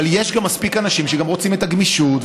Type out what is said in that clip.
אבל יש גם מספיק אנשים שרוצים את הגמישות,